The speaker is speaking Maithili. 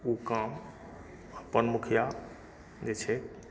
ओ काम अपन मुखिया जे छै